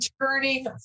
turning